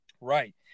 right